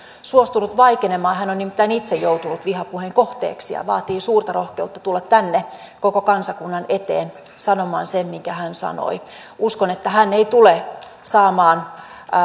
suostunut vaikenemaan hän on nimittäin itse joutunut vihapuheen kohteeksi ja vaatii suurta rohkeutta tulla tänne koko kansakunnan eteen sanomaan se minkä hän sanoi uskon että hän ei tule saamaan